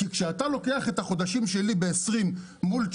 כי כשאתה לוקח את החודשים שלי ב-20 מול 19,